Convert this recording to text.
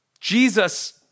Jesus